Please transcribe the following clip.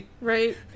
right